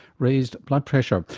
raised blood pressure,